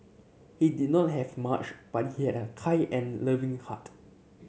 he did not have much but he had a kind and loving heart